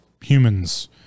humans